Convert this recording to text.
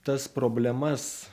tas problemas